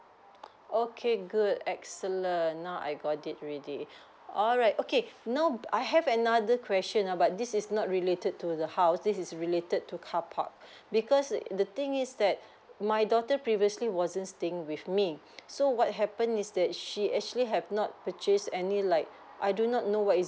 okay good excellent now I got it already alright okay now I have another question about this is not related to the house this is related to car park because the thing is that my daughter previously wasn't staying with me so what happen is that she actually have not purchase any like I do not know what is